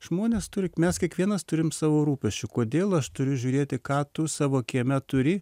žmonės turi mes kiekvienas turim savo rūpesčių kodėl aš turiu žiūrėti ką tu savo kieme turi